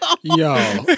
Yo